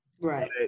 Right